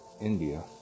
India